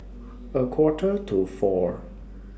A Quarter to four